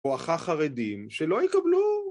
פועחה חרדים שלא יקבלו